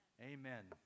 Amen